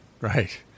right